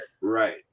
Right